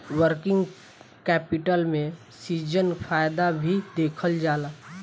working capital में seasonal फायदा भी देखल जाला